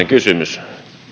kysymys